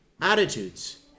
attitudes